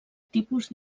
tipus